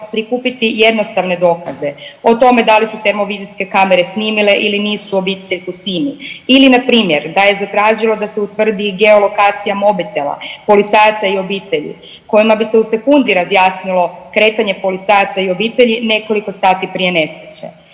prikupiti jednostavne dokaze o tome da li su termovizijske kamere snimile ili nisu obitelj Husini ili npr. da je zatražilo da se utvrdi geolokacija mobitela policajaca i obitelji kojima bi se u sekundi razjasnilo kretanje policajaca i obitelji nekoliko sati prije nesreće.